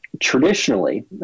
traditionally